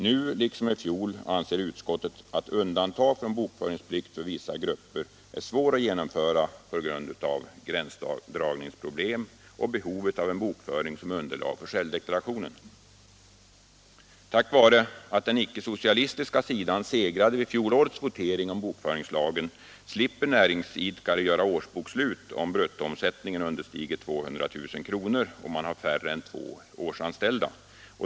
Nu liksom i fjol anser utskottet att undantag från bokföringsplikt för vissa grupper är svår att genomföra på grund av gränsdragningsproblem och behovet av en bokföring som underlag för självdeklarationen. Tack vare att den icke-socialistiska sidan segrade vid fjolårets votering om bokföringslagen slipper näringsidkare göra årsboksslut, om bruttoomsättningen understiger 200 000 kr. och de har färre än två årsanställda.